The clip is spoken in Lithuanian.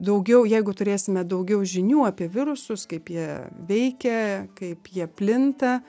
daugiau jeigu turėsime daugiau žinių apie virusus kaip jie veikia kaip jie plinta